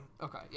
okay